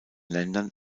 ländern